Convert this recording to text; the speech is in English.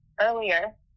earlier